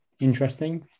interesting